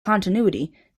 continuity